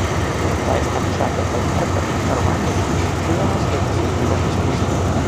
laistant čapeko terpe ar vandeniu pjuvenos liko suklijuotos mazutu